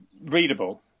readable